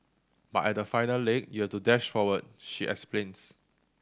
but at the final leg you to dash forward she explains